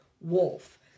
wolf